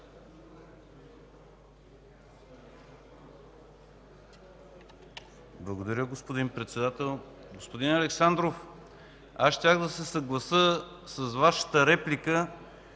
Благодаря, господин Председател. Господин Александров, аз щях да се съглася с Вашата реплика,